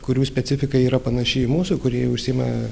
kurių specifika yra panaši į mūsų kurie užsiima